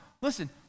listen